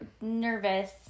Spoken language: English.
nervous